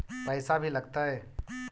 पैसा भी लगतय?